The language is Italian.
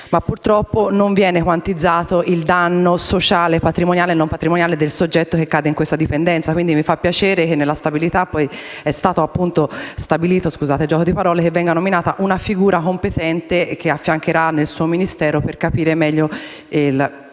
Ma purtroppo non viene quantizzato il danno sociale, patrimoniale e non patrimoniale del soggetto che cade in questa dipendenza. Mi fa piacere che nella legge di stabilità sia stato stabilito - scusate il gioco di parole - che venga nominata una figura competente, che lo affiancherà nel suo Ministero, per capire meglio